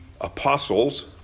apostles